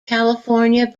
california